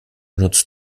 benutzt